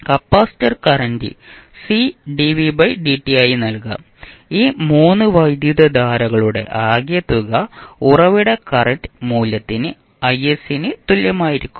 capacitor current C dv by dt ആയി നൽകാം ഈ 3 വൈദ്യുതധാരകളുടെ ആകെത്തുക ഉറവിട കറന്റ് മൂല്യത്തിന് Is ന് തുല്യമായിരിക്കും